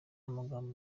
amagambo